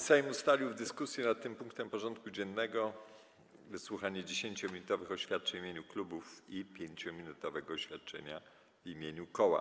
Sejm ustalił, iż w dyskusji nad tym punktem porządku dziennego wysłucha 10-minutowych oświadczeń w imieniu klubów i 5-minutowego oświadczenia w imieniu koła.